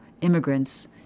immigrants